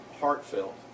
heartfelt